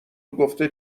گفته